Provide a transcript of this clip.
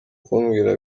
kumbwira